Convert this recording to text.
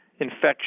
infection